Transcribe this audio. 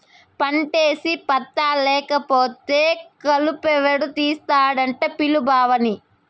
పంటేసి పత్తా లేకపోతే కలుపెవడు తీస్తాడట పిలు బావని